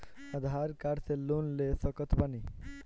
आधार card से loan ले सकत बणी?